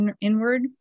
inward